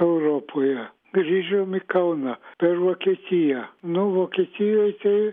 europoje grįžom į kauną per vokietiją nu vokietijoj tai